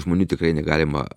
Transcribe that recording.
žmonių tikrai negalima